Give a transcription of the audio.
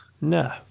No